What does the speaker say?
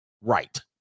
Right